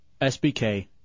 SBK